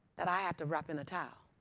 that i had to wrap in the towel.